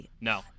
No